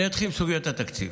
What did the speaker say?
אני אתחיל בסוגית התקציב.